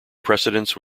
precedence